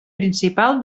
principal